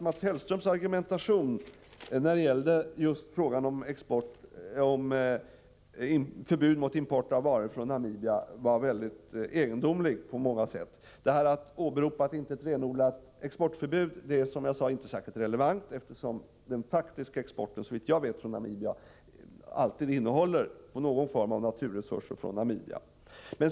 Mats Hellströms argumentation när det gällde just förbudet mot import av varor från Namibia var väldigt egendomlig på många sätt. Att åberopa att det inte är ett renodlat exportförbud är som sagt inte särskilt relevant, eftersom den faktiska exporten från Namibia såvitt jag vet alltid innehåller någon form av naturresurser från Namibia.